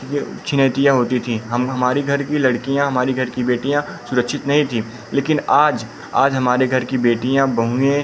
वह छिनैतियाँ होती थीं हम हमारी घर की लड़कियाँ हमारी घर की बेटियाँ सुरक्षित नहीं थी लेकिन आज आज हमारे घर की बेटियाँ बहुएँ